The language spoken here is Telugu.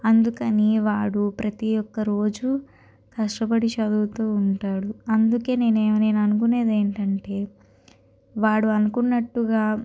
అందుకని వాడు ప్రతి ఒక్కరోజు కష్టపడి చదువుతూ ఉంటాడు అందుకే నేనే నేను అనుకునేది ఏంటంటే వాడు అనుకున్నట్టుగా